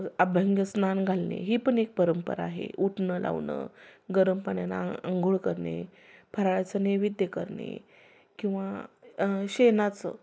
अभ्यंग स्नान घालणे ही पण एक परंपरा आहे उटणं लावणं गरम पाण्यानं अंघोळ करणे फराळाचं नैवेद्य करणे किंवा शेणाचं